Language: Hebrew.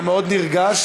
אתה מאוד נרגש,